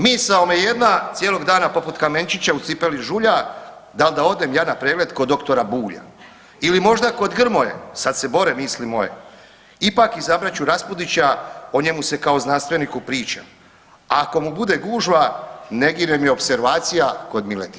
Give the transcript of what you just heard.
Misao me jedna cijelog dana poput kamenčića u cipeli žulja dal da odem ja na pregled kod doktora Bulja ili možda kod Grmoje sad se bore misli moje, ipak izabrat ću Raspudića o njemu se kao znanstveniku priča, a ako mu bude gužva ne gine im opservacija kod Miletića.